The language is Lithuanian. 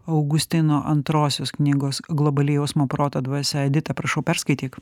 augustino antrosios knygos globali jausmo proto dvasia edita prašau perskaityk